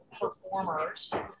performers